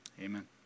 Amen